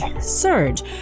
surge